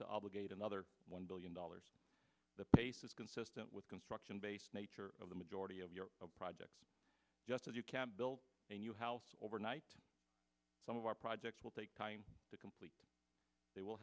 to obligate another one billion dollars the pace is consistent with construction based nature of the majority of your projects just as you can build a new house overnight some of our projects will take time to complete they will